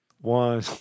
One